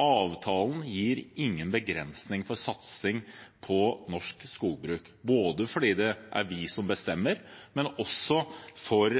Avtalen gir ingen begrensning for satsing på norsk skogbruk, både fordi det er vi som bestemmer, og